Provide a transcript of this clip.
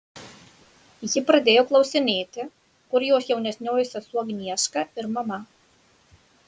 ji pradėjo klausinėti kur jos jaunesnioji sesuo agnieška ir mama